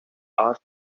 asked